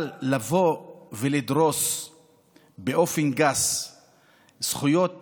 אבל לבוא ולדרוס באופן גס זכויות בסיסיות,